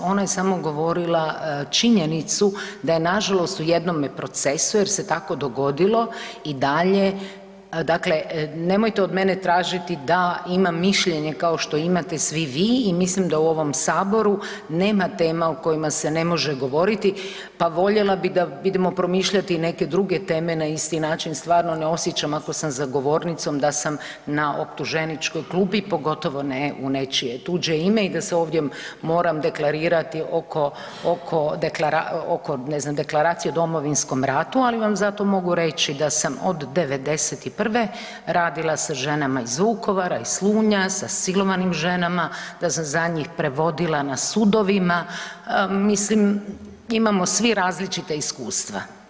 Ona je samo govorila činjenicu da je nažalost u jednome procesu jer se tako dogodilo i dalje, dakle nemojte od mene tražiti da imam mišljenje kao što imate svi vi i mislim da u ovom saboru nema tema o kojima se ne može govoriti, pa voljela bi da vidimo promišljati i neke druge teme na isti način, stvarno ne osjećam ako sam za govornicom da sam na optuženičkoj klupi, pogotovo ne u nečije tuđe ime i da se ovdje moram deklarirati oko, oko ne znam Deklaracije o Domovinskom ratu, ali vam zato mogu reći da sam od '91. radila sa ženama iz Vukovara, iz Slunja, sa silovanim ženama, da sam za njih prevodila na sudovima, mislim imamo svi različita iskustva.